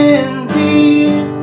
indeed